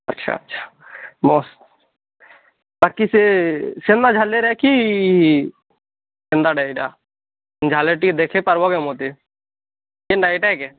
ଆଚ୍ଛା ଆଚ୍ଛା ମସ୍ ବାକି ସେ ସେନ ଝାଲେର୍ କି କେନ୍ତାଟା ଏଇଟା ଝାଲେର୍ ଟିକେ ଦେଖେଇ ପାର୍ବୋ କେଁ ମୋତେ କେନ୍ତା ଏଇଟା କେ